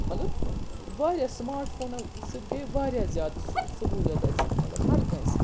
مطلب واریاہ سماٹ فونو سۭتۍ گٔے واریاہ زیادٕ سہ سہوٗلیت اَسہِ مطلب ہر کٲنٛسہِ